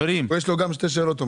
עוד שאלות?